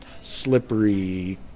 slippery